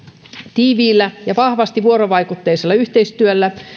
tiiviillä ja vahvasti vuorovaikutteisella yhteistyöllä